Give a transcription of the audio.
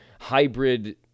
hybrid